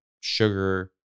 sugar